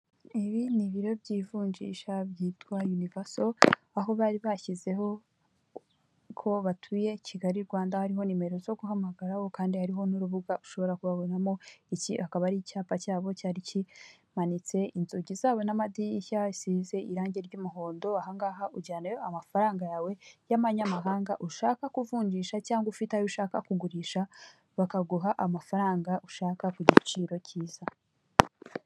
Ibi ni ibiro by'ivunjisha byitwa Yunivaso aho bari bashyizeho ko batuye Kigali Rwanda hariho nimero zo guhamagaraho kandi hariho n'urubuga ushobora kubabonamo, iki akaba ari icyapa cyabo cyari kimanitse, inzugi zabo n'amadirishya zisize irangi ry'umuhondo aha ngaha ujyanayo amafaranga yawe y'amanyamahanga ushaka kuvunjisha cyangwa ufite ayo ushaka kugurisha bakaguha amafaranga ushaka ku giciro cyiza.